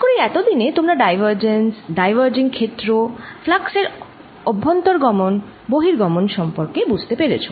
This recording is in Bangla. আশাকরি এতদিনে তোমরা ডাইভারজেন্স ডাইভারজিং ক্ষেত্র ফ্লাক্সের অভ্যন্তর্গমন বহির্গমন সম্পর্কে বুঝতে পেরেছ